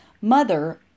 Mother